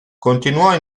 continuò